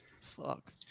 Fuck